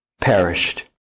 perished